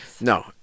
No